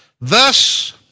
Thus